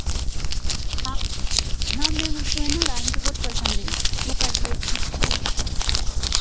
हाँ हाँ मैम उसको है ना ड्रायन तो बहुत पसंद है वह कर लेगी